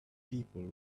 people